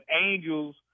angels